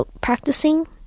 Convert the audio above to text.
practicing